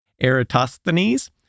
Eratosthenes